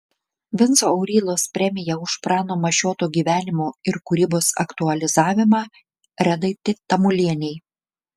vinco aurylos premija už prano mašioto gyvenimo ir kūrybos aktualizavimą redai tamulienei